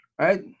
right